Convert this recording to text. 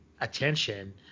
attention